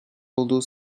olduğu